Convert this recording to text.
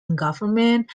government